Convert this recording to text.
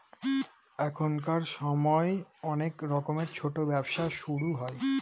এখনকার সময় অনেক রকমের ছোটো ব্যবসা শুরু হয়